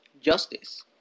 Justice